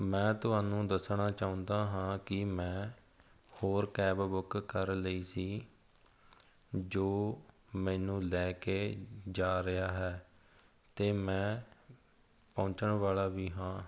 ਮੈਂ ਤੁਹਾਨੂੰ ਦੱਸਣਾ ਚਾਹੁੰਦਾ ਹਾਂ ਕਿ ਮੈਂ ਹੋਰ ਕੈਬ ਬੁੱਕ ਕਰ ਲਈ ਸੀ ਜੋ ਮੈਨੂੰ ਲੈ ਕੇ ਜਾ ਰਿਹਾ ਹੈ ਅਤੇ ਮੈਂ ਪਹੁੰਚਣ ਵਾਲਾ ਵੀ ਹਾਂ